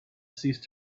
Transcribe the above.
ceased